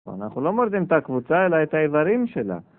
אנחנו לא מודדים את הקבוצה אלא את האיברים שלה